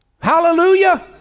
Hallelujah